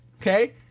okay